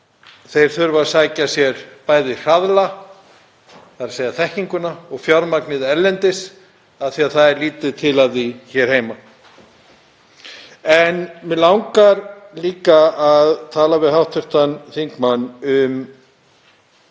þurfi að sækja sér bæði hraðla, þ.e. þekkinguna, og fjármagnið erlendis af því það er lítið til af því hér heima. En mig langar líka að tala við hv. þingmann um